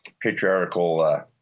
patriarchal